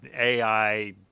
AI